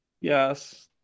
yes